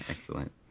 excellent